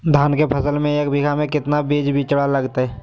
धान के फसल में एक बीघा में कितना बीज के बिचड़ा लगतय?